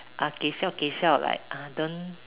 uh kay siao kay siao like uh don't